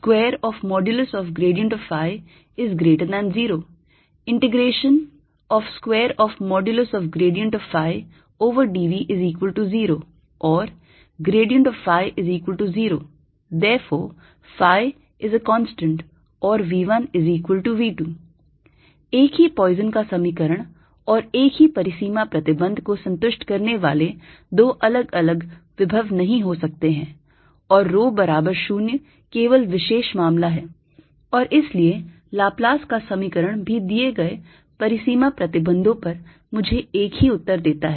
20 2dV0 or ϕ0 ∴ϕconstant or V1V2 एक ही Poisson का समीकरण और एक ही परिसीमा प्रतिबंध को संतुष्ट करने वाले दो अलग अलग विभव नहीं हो सकते हैं और rho बराबर 0 केवल विशेष मामला है और इसलिए लाप्लास का समीकरण भी दिए गए परिसीमा प्रतिबांधो पर मुझे एक ही उत्तर देता है